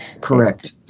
correct